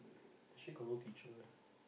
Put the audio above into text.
she got no teacher lah